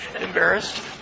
embarrassed